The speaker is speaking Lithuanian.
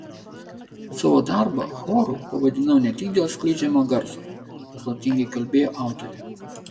savo darbą choru pavadinau ne tik dėl skleidžiamo garso paslaptingai kalbėjo autorė